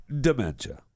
dementia